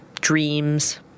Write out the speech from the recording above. dreams